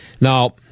Now